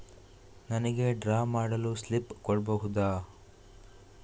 ನನಿಗೆ ಡ್ರಾ ಮಾಡಲು ಸ್ಲಿಪ್ ಕೊಡ್ಬಹುದಾ?